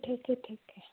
ਠੀਕ ਹੈ ਠੀਕ ਹੈ